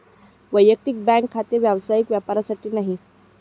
वैयक्तिक बँक खाते व्यावसायिक वापरासाठी नाही